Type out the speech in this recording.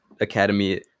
Academy